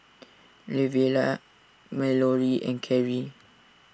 Lavelle Mallory and Kerry